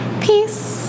Peace